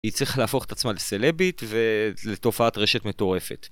היא הצליחה להפוך את עצמה לסלבית ולתופעת רשת מטורפת.